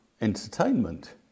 entertainment